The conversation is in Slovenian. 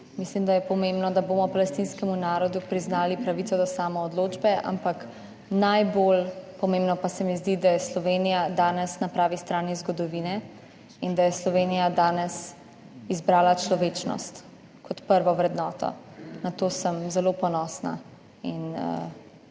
Mislim, da je pomembno, da bomo palestinskemu narodu priznali pravico do samoodločbe. Ampak najbolj pomembno pa se mi zdi, da je Slovenija danes na pravi strani zgodovine in da je Slovenija danes izbrala človečnost kot prvo vrednoto. Na to sem zelo ponosna in